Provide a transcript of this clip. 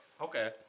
Okay